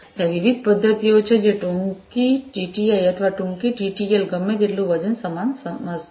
ત્યાં વિવિધ પદ્ધતિઓ છે તેથી ટૂંકી ટીટીઆઈ અથવા ટૂંકી ટીટીએલ ગમે તેટલું વજન સમાન વસ્તુ છે